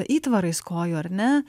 įtvarais kojų ar ne